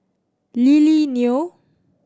Lily Neo